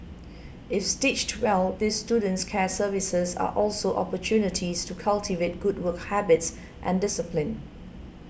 if stitched well these student care services are also opportunities to cultivate good work habits and discipline